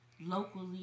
locally